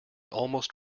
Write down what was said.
almost